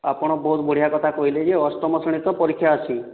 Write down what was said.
ଆପଣ ବହୁତ ବଢ଼ିଆ କଥା କହିଲେ ଯେ ଅଷ୍ଟମ ଶ୍ରେଣୀ ତ ପରୀକ୍ଷା ଅଛି